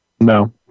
No